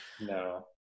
No